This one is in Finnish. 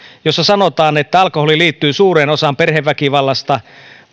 jossa sanotaan että alkoholi liittyy suureen osaan perheväkivallasta